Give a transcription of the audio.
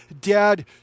Dad